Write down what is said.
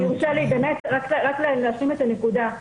אם יורשה לי באמת רק להשלים את הנקודה.